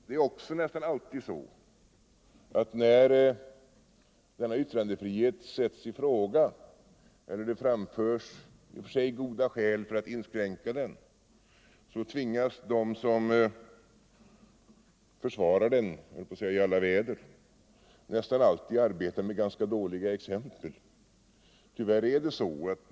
Det är också nästan alltid så, att när denna yttrandefrihet sätts i fråga eller när det framförs i och för sig goda skäl för att inskränka den, tvingas de som, låt mig säga i alla väder, försvarar yttrandefriheten arbeta med ganska dåliga exempel.